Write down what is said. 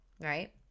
right